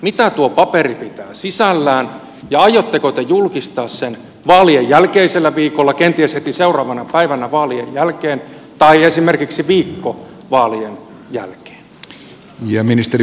mitä tuo paperi pitää sisällään ja aiotteko te julkistaa sen vaalien jälkeisellä viikolla kenties heti seuraavana päivänä vaalien jälkeen tai esimerkiksi viikko vaalien jälkeen